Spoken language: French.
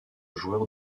joueur